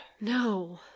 No